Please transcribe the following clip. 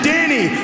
Danny